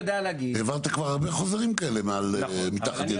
העברת כבר הרבה חוזרים כאלה מתחת ידך.